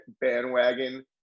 bandwagon